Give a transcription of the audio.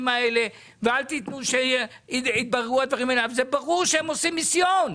האלה והאלה אבל זה ברור שהם עושים מיסיון.